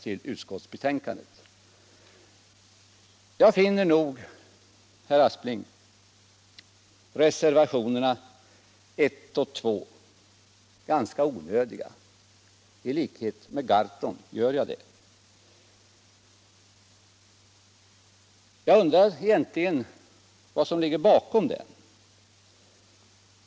I likhet med herr Gahrton finner jag, herr Aspling, reservationerna 1 och 2 ganska onödiga. Jag undrar vad som egentligen ligger bakom dem.